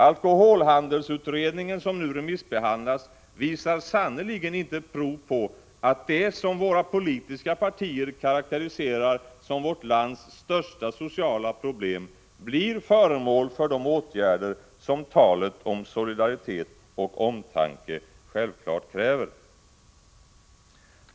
Alkoholhandelsutredningen som nu remissbehandlas visar sannerligen inte prov på att det som våra politiska partier karakteriserar som vårt lands största sociala problem blir föremål för de åtgärder som talet om solidaritet och omtanke självfallet kräver.